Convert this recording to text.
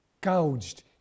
gouged